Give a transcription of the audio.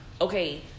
Okay